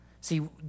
See